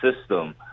system